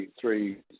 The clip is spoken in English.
three